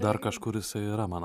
dar kažkur jisai yra man